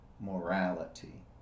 morality